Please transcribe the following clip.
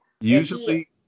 Usually